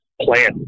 plan